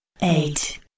Eight